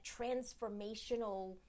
transformational